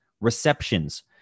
receptions